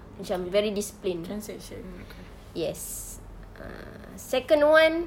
macam very disciplined yes ah second one